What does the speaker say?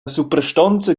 suprastonza